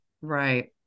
right